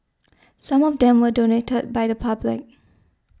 some of them were donated by the public